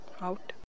out